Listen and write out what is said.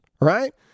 right